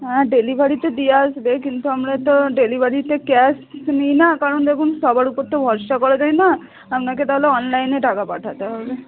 হ্যাঁ ডেলিভারি তো দিয়ে আসবে কিন্তু আমরা তো ডেলিভারিতে ক্যাশ কিছু নিই না কারণ দেখুন সবার উপর তো ভরসা করা যায় না আপনাকে তাহলে অনলাইনে টাকা পাঠাতে হবে